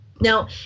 Now